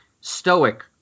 stoic